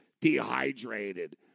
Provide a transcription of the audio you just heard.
dehydrated